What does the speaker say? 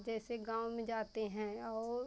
जैसे गाँव में जाते हैं और